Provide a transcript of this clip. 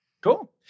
Cool